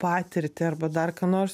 patirtį arba dar ką nors